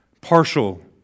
partial